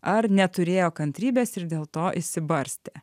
ar neturėjo kantrybės ir dėl to išsibarstė